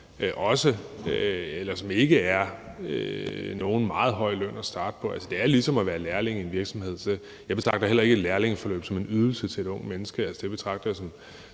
som ikke er nogen meget høj løn at starte på. Altså, det er ligesom at være lærling i en virksomhed, og jeg betragter heller ikke et lærlingeforløb som en ydelse til et ungt menneske,